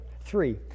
three